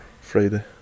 Friday